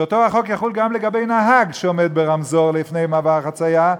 שאותו החוק יחול גם על נהג שעומד ברמזור לפני מעבר החציה,